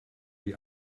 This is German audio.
die